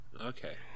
Okay